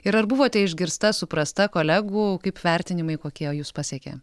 ir ar buvote išgirsta suprasta kolegų kaip vertinimai kokie jus pasiekė